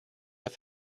have